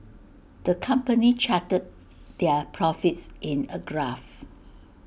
the company charted their profits in A graph